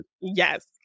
Yes